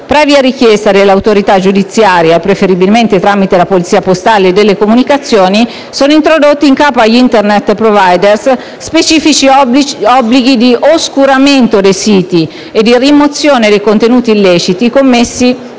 Previa richiesta dell'autorità giudiziaria e preferibilmente tramite la polizia postale e delle comunicazioni, sono introdotti in capo agli Internet *provider* specifici obblighi di oscuramento dei siti e di rimozione dei contenuti illeciti connessi